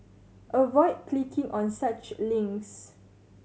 avoid clicking on such links